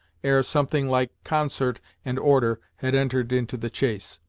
ere something like concert and order had entered into the chase.